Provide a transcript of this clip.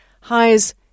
highs